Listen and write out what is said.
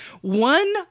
one